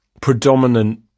predominant